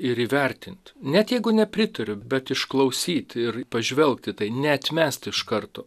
ir įvertint net jeigu nepritariu bet išklausyt ir pažvelgt į tai neatmest iš karto